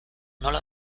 nola